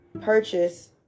purchase